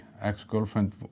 ex-girlfriend